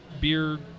beer